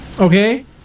Okay